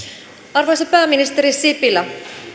arvoisa pääministeri sipilä